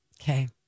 Okay